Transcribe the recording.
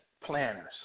planners